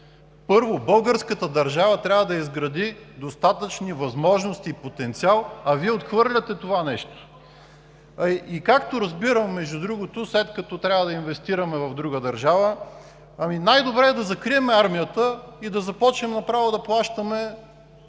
първо, българската държава трябва да изгради достатъчни възможности и потенциал, а Вие отхвърляте това нещо. Както разбирам, след като трябва да инвестираме в друга държава, най-добре е да закрием армията и да започнем направо да плащаме